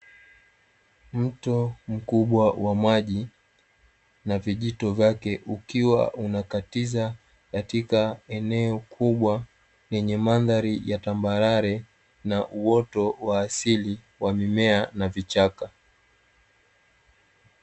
Mto mkubwa wa maji na vijito vyake, ukiwa unakatiza katika eneo kubwa lenye mandhari tambarare na uwoto waasili wa mimea na vichaka.